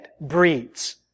breeds